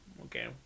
Okay